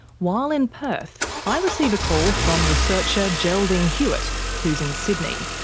while in perth, i receive a call from researcher geraldine hewitt who's in sydney.